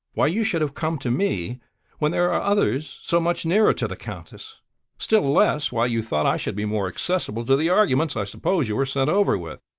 why you should have come to me when there are others so much nearer to the countess still less why you thought i should be more accessible to the arguments i suppose you were sent over with.